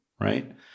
right